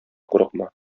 курыкма